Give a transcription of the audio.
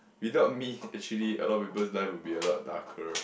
without me actually a lot of people's life will be a lot darker